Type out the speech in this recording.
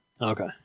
Okay